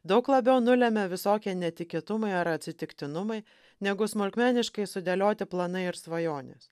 daug labiau nulemia visokie netikėtumai ar atsitiktinumai negu smulkmeniškai sudėlioti planai ir svajonės